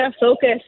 focus